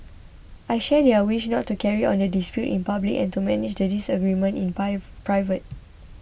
I share their wish not to carry on the dispute in public and to manage the disagreement in private